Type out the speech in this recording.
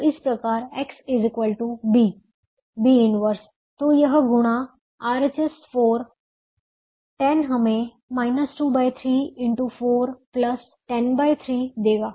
तो इस प्रकार X B B 1 तो यह गुणा RHS 4 10 हमें 2 3 x 4 103 देगा